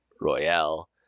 royale